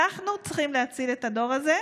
אנחנו צריכים להציל את הדור הזה,